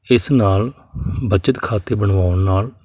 ਇਸ ਨਾਲ ਬਚਤ ਖਾਤੇ ਬਣਵਾਉਣ ਨਾਲ